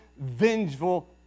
vengeful